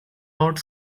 out